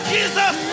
Jesus